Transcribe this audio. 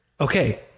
Okay